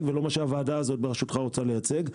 ולא מה שהוועדה הזו בראשותך רוצה לייצג.